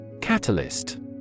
Catalyst